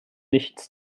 nichts